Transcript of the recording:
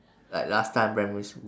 like last time primary school